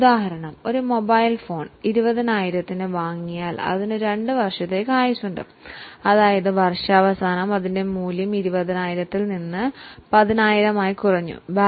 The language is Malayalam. ഉദാഹരണത്തിന് ഒരു മൊബൈൽ ഫോൺ 20000 ന് വാങ്ങിയാൽ അതിന് 2 വർഷത്തേക്ക് ആയുസ്സുണ്ടെന്നു കരുതുക വർഷം 1 അവസാനിക്കുമ്പോൾ അതിന്റെ മൂല്യം 20000 ൽ നിന്ന് 10000 ആയി കുറയുന്നു എന്ന് വയ്ക്കാം